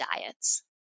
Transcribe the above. diets